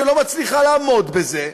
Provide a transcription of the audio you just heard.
שלא מצליחה לעמוד בזה,